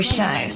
Show